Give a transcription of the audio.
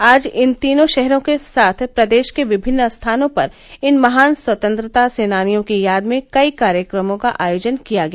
आज इन तीनों शहरों के साथ प्रदेश के विभिन्न स्थानों पर इन महान स्वतंत्रता सेनानियों की याद में कई कार्यक्रमों का आयोजन किया गया